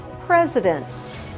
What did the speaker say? president